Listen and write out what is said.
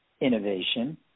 innovation